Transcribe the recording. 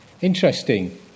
Interesting